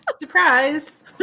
Surprise